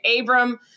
Abram